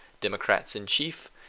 Democrats-in-Chief